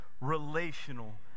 relational